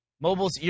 Mobile's